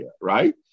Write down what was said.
right